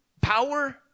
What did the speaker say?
Power